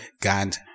God